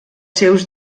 seus